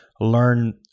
learn